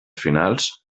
finals